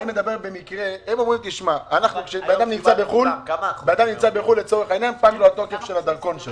הם אומרים: כשאדם נמצא בחו"ל ופג תוקף הדרכון שלו,